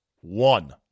One